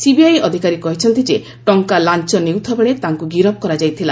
CBI ଅଧିକାରୀ କହିଛନ୍ତି ଯେ ଟଙ୍କା ଲାଞ୍ଚ ନେଉଥିବା ବେଳେ ତାଙ୍କୁ ଗିରଫ କରାଯାଇଥିଲା